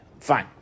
fine